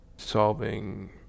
solving